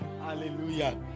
Hallelujah